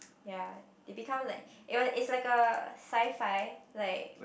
ya it become like it's like a sci-fi like